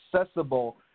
accessible